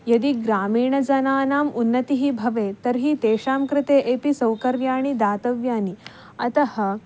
यदि ग्रामीणजनानाम् उन्नतिः भवेत् तर्हि तेषां कृते येपि सौकर्याणि दातव्यानि अतः